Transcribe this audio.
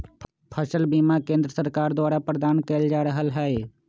फसल बीमा केंद्र सरकार द्वारा प्रदान कएल जा रहल हइ